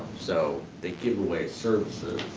so they give away services,